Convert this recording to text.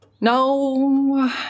No